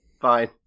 fine